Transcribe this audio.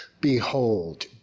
Behold